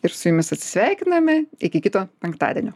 ir su jumis atsisveikiname iki kito penktadienio